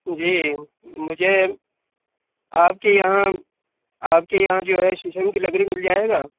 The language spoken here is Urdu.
جی مجھے آپ کے یہاں آپ کے یہاں جو ہے شیشم کی لکڑی مِل جائے گا